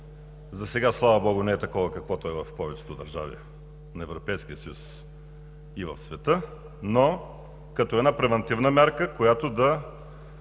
засега, слава богу, не е такова каквото е в повечето държави на Европейския съюз и в света, но като една превантивна мярка, която да